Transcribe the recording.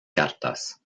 cartas